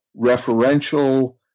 referential